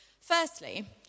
Firstly